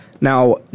Now